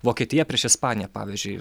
vokietija prieš ispaniją pavyzdžiui